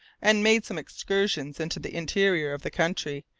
and made some excursions into the interior of the country,